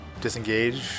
disengage